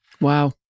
Wow